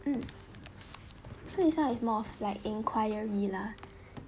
mm so this one is more of like enquiry lah